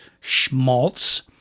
schmaltz